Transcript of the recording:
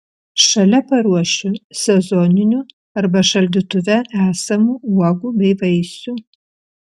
šalia paruošiu sezoninių arba šaldytuve esamų uogų bei vaisių